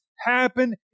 happen